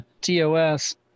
TOS